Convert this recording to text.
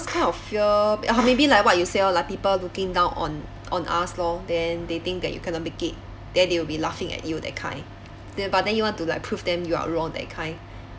kind of fear or maybe like what you say lor like people looking down on on us lor then they think that you cannot make it then they will be laughing at you that kind then but then you want to like prove them you are wrong that kind